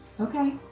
Okay